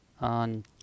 on